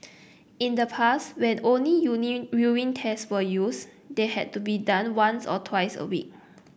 in the past when only union urine tests were used they had to be done once or twice a week